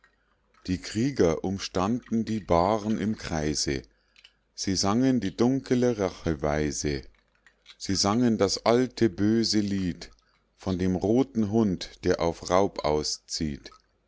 die krieger umstanden die bahren im kreise sie sangen die dunkele racheweise sie sangen das alte böse lied von dem roten hund der auf raub auszieht